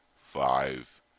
five